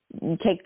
take